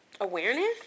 awareness